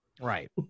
right